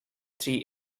three